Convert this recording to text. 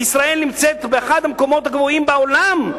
וישראל נמצאת באחד המקומות הגבוהים בעולם,